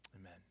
amen